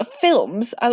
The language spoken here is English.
films